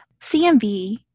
CMV